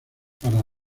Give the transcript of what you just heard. para